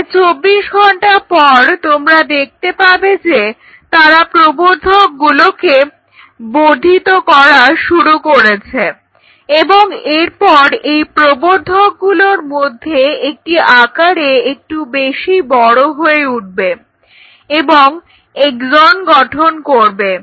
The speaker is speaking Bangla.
প্রায় 24 ঘন্টা পর তোমরা দেখতে পাবে যে তারা প্রবর্ধকগুলোকে বর্ধিত করা শুরু করেছে এবং এরপর এই প্রবর্ধক গুলোর মধ্যে একটি আকারে একটু বেশি বড়ো হয়ে উঠবে এবং এক্সন গঠন করবে